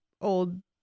old